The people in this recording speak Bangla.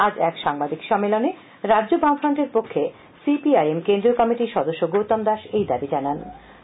আজ এক সাংবাদিক সম্মেলনে রাজ্য বামফ্রন্টের পক্ষে সি পি আই এম কেন্দ্রীয় কমিটির সদস্য গৌতম দাস এই দাবী আনিয়েছেন